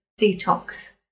detox